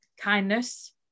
kindness